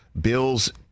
Bills